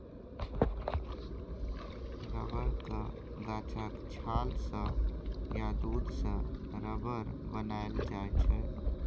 रबरक गाछक छाल सँ या दुध सँ रबर बनाएल जाइ छै